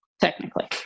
technically